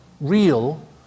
real